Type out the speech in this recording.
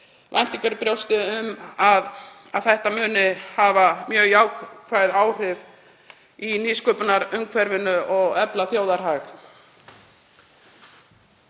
væntingar í brjósti um að það muni hafa mjög jákvæð áhrif í nýsköpunarumhverfinu og efla þjóðarhag.